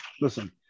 listen